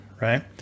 right